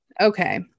Okay